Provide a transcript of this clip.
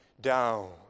Down